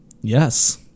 yes